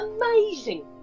amazing